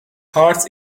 heart